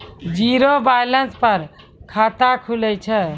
Zero balance पर खाता खुले छै?